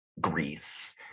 Greece